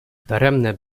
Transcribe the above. daremne